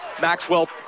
Maxwell